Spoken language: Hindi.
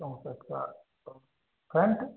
चौंसठ का फ्रंट